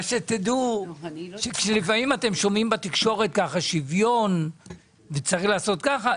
שתדעו שלפעמים אתם שומעים בתקשורת שוויון וצריך לעשות כך וכך,